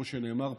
כמו שנאמר פה.